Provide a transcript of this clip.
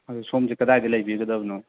ꯑꯗꯣ ꯁꯣꯝꯁꯦ ꯀꯗꯥꯏꯗ ꯂꯩꯕꯤꯒꯗꯕꯅꯣ